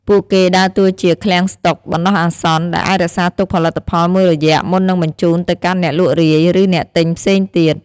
ពួកគេដើរតួជា "ឃ្លាំងស្តុក" បណ្តោះអាសន្ន ដែលអាចរក្សាទុកផលិតផលមួយរយៈមុននឹងបញ្ជូនទៅកាន់អ្នកលក់រាយ ឬអ្នកទិញផ្សេងទៀត។